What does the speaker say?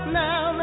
now